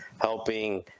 helping